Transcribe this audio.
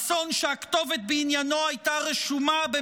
אסון שהכתובת בעניינו הייתה רשומה על